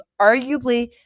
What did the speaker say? arguably